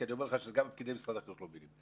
כי אני אומר לך שגם פקידי משרד החינוך לא מבינים.